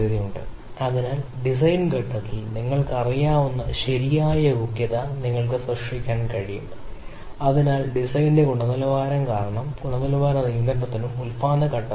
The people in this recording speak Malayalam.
ഇപ്പോൾ ഇത് ശരാശരി ആണെന്ന് നിങ്ങൾക്കറിയാമോ ചിലത് ഉണ്ടെന്ന് നിങ്ങൾക്കറിയാമോ എന്നതാണ് ചോദ്യം ഗുണനിലവാരമുള്ള പാരാമീറ്ററുകൾ ചില ഗുണനിലവാര പാരാമീറ്ററുകൾ ഉണ്ട് അഭികാമ്യമല്ല